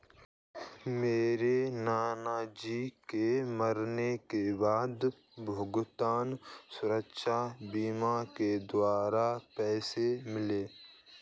मेरे नाना जी के मरने के बाद भुगतान सुरक्षा बीमा के द्वारा पैसा मिला